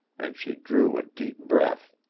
and she drew a deep breath.